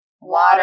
water